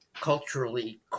Culturally